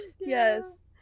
yes